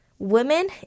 women